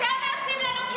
אתם עושים לנו קרקס.